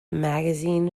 magazine